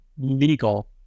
legal